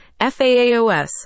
FAAOS